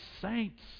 saints